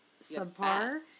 subpar